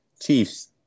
Chiefs